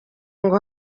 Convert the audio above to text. ngo